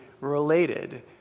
related